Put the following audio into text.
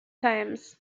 times